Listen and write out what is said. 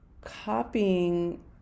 copying